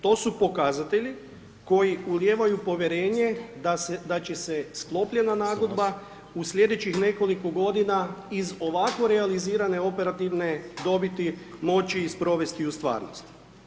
To su pokazatelji koji ulijevaju povjerenje da će se sklopljena nagodba u sljedećih nekoliko godina, iz ovakvo realizirane operativne dobiti moći sprovesti u stvaranosti.